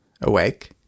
Awake